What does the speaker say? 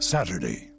Saturday